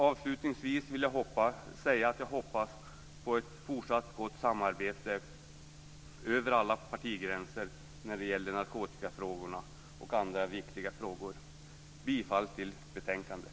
Avslutningsvis vill jag säga att jag hoppas på ett fortsatt gott samarbete över alla partigränser när det gäller narkotikafrågorna och andra viktiga frågor. Jag yrkar bifall till hemställan i betänkandet.